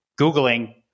Googling